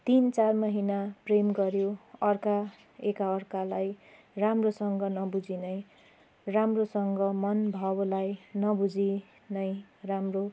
तिन चार महिना प्रेम गऱ्यो अर्का एक अर्कालाई राम्रोसँग नबुझी नै राम्रोसँग मन भावलाई नबुझी नै राम्रो